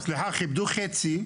סליחה, כיבדו חצי.